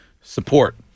support